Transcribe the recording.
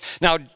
Now